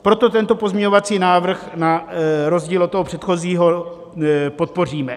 Proto tento pozměňovací návrh na rozdíl od toho předchozího podpoříme.